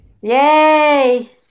Yay